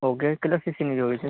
okay કેટલાં સીસીની જોઇએ છે